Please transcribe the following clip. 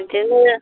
बिदिनो